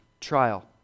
trial